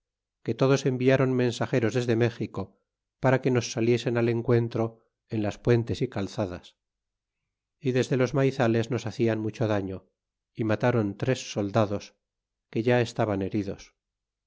que todos enviaron mensageros desde méxico para que nos saliesen al encuentro en las puentes y calzadas y desde los maizales nos hacían mucho daño y mataron tres soldados que ya estaban heridos